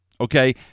Okay